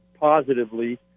positively